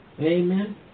Amen